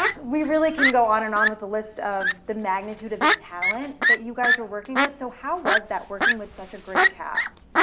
we really can go on and on with the list of the magnitude of the talent that you guys are working with. so how was that, working with such a great cast?